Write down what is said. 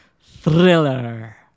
Thriller